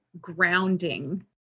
grounding